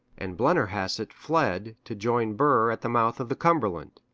and blennerhassett fled to join burr at the mouth of the cumberland.